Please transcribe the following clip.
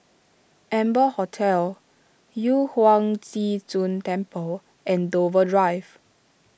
Amber Hotel Yu Huang Zhi Zun Temple and Dover Drive